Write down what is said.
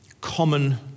common